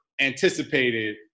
anticipated